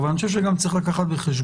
אבל גם צריך לקחת בחשבון